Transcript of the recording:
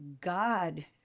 God